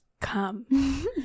come